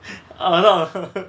a lot of